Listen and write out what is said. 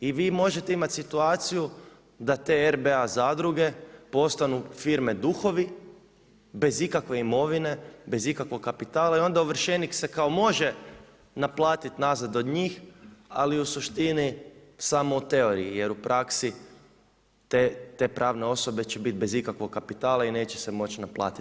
I vi možete imati situaciju da te RBA zadruge postanu firme duhovi bez ikakve imovine, bez ikakvog kapitala i onda ovršenik se kao može naplatiti nazad od njih ali u suštini samo u teoriji jer u praksi te pravne osobe će biti bez ikakvog kapitala i neće se moći naplatiti.